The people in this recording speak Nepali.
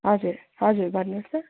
हजुर हजुर भन्नुहोस् त